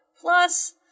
Plus